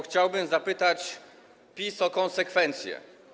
Chciałbym zapytać PiS o konsekwencje.